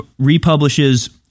republishes